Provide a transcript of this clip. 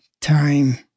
time